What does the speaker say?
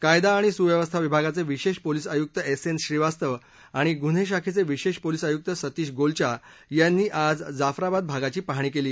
कायदा आणि सुव्यवस्था विभागाचे विशेष पोलीस आयुक्त एस एन श्रीवास्तव आणि गुन्हे शाखेचे विशेष पोलीस आयुक्त सतीश गोलचा यांनी आज जाफराबाद भागाची पाहणी केली